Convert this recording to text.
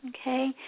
okay